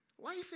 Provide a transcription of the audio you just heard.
Life